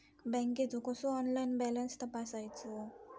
बँकेचो कसो online balance तपासायचो?